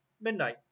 midnight